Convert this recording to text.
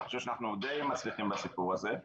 אני חושב שאנחנו די מצליחים בסיפור הזה.